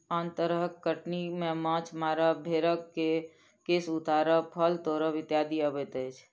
आन तरह के कटनी मे माछ मारब, भेंड़क केश उतारब, फल तोड़ब इत्यादि अबैत अछि